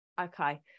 Okay